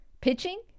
pitching